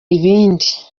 ibindi